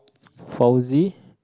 Fauzy